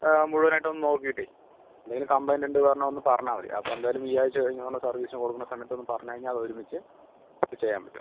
മുഴുവനായിട്ട് ഒന്ന് നോക്കിയിട്ട് എന്തെങ്കിലും കംപ്ലയിൻ്റ് ഉണ്ട് പറഞ്ഞാൽ ഒന്ന് പറഞ്ഞാൽ മതി അപ്പം എന്തായാലും ഈ ആഴ്ച്ച കഴിഞ്ഞ് വന്ന് സർവ്വീസിന് കൊടുക്കണ സമയത്ത് ഒന്ന് പറഞ്ഞു കയിഞ്ഞാൽ അത് ഒരുമിച്ച് ഇത് ചെയ്യാൻ പറ്റും